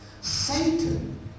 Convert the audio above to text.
Satan